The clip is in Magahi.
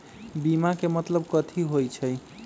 बीमा के मतलब कथी होई छई?